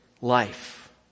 life